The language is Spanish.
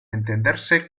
entenderse